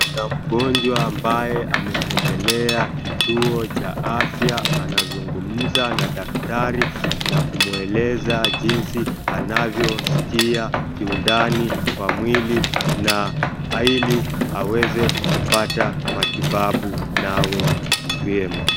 Kuna mgonjwa ambaye ametembelea kituo cha afya, anazungumza na daktari na kumueleza jinsi anavyoskia kiundani kwa mwili na aili aweze kupata matibabu na awe vyema.